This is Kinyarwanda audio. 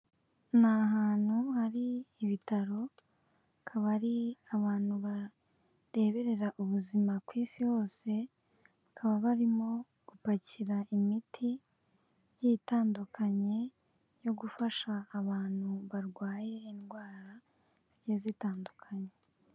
Ni ahantu hari ibitaro akaba ari abantu bareberera ubuzima ku isi hose, bakaba barimo gupakira imiti igiye itandukanye yo gufasha abantu barwaye indwara zigiye zitandukanye.